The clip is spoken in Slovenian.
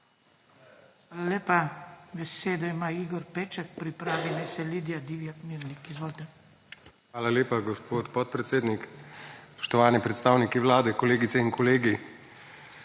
Hvala lepa gospod podpredsednik. Spoštovani predstavniki Vlade, kolegice in kolegi!